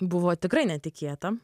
buvo tikrai netikėta